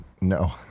No